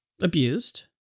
abused